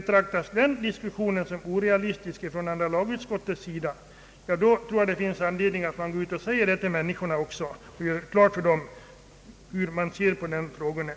dessa angelägna reformer debatteras. Betraktas denna diskussion som orealistisk av andra lagutskottet, anser jag att det finns anledning att gå ut och säga detta till människorna och göra klart för dem hur man inom utskottet ser på dessa frågor.